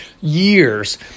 years